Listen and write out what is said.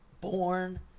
Born